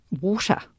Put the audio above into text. water